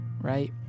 right